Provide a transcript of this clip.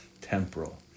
temporal